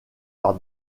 par